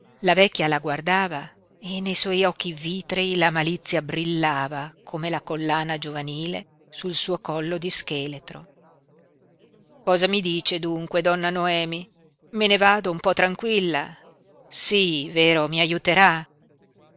la vecchia la guardava e nei suoi occhi vitrei la malizia brillava come la collana giovanile sul suo collo di scheletro cosa mi dice dunque donna noemi me ne vado un po tranquilla sí vero mi aiuterà